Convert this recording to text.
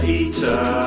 eater